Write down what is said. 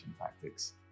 tactics